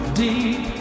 deep